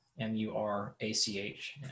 M-U-R-A-C-H